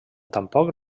tampoc